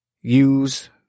use